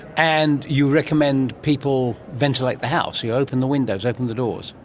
and you recommend people ventilate the house, you open the windows, open the doors.